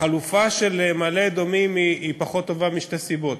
החלופה של מעלה-אדומים פחות טובה, משתי סיבות: